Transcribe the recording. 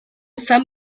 san